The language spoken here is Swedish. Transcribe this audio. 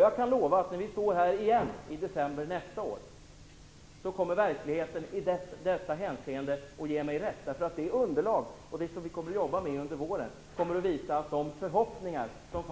Jag kan lova att när vi står här igen i december nästa år kommer verkligheten i detta hänseende att ge mig rätt. Vårt arbete med detta underlag under våren kommer nämligen att visa att de förhoppningar som